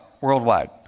worldwide